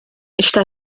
está